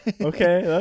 Okay